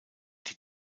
die